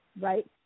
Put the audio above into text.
right